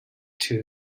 two